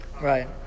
Right